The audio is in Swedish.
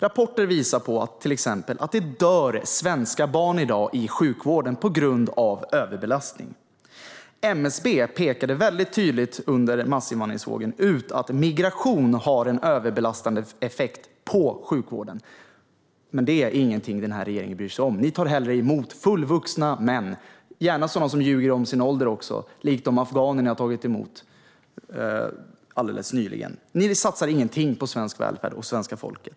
Rapporter visar till exempel att svenska barn i dag dör i sjukvården på grund av överbelastning. MSB pekade under massinvandringsvågen mycket tydligt ut att migration har en överbelastande effekt på sjukvården. Men det är ingenting som den här regeringen bryr sig om. Ni tar hellre emot fullvuxna män, gärna sådana som också ljuger om sin ålder, likt de afghaner som ni har tagit emot alldeles nyligen. Ni satsar ingenting på svensk välfärd och svenska folket.